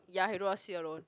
ya he don't want to sit alone